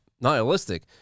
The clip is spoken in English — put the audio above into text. nihilistic